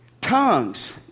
Tongues